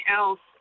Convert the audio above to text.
else